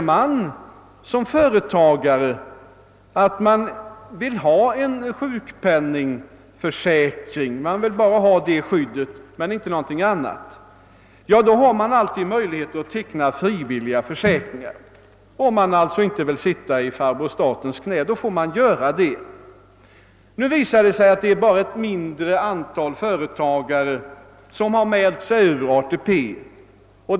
Om en företagare bara vill ha det skydd som en sjukpenningsförsäkring ger och ingenting annat, så har han alltid möjligheter att teckna frivilliga försäkringar, om han inte vill sitta i farbror statens knä. Det. visar sig nu att det bara är ett mindre antal företagare som har anmält sitt utträde ur ATP.